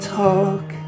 talk